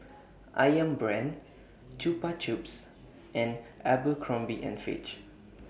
Ayam Brand Chupa Chups and Abercrombie and Fitch